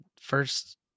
first